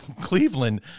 Cleveland